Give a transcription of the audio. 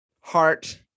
heart